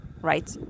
right